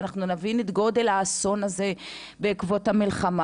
ואנחנו נבין את גודל האסון הזה בעקבות המלחמה,